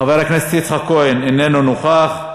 חבר הכנסת יצחק כהן, איננו נוכח,